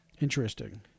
Interesting